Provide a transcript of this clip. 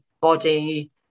body